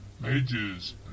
Mages